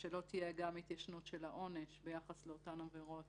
שלא תהיה התיישנות של העונש ביחס לאותן עבירות